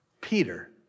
Peter